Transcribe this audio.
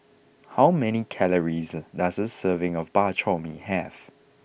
how many calories does a serving of Bak Chor Mee have